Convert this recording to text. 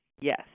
Yes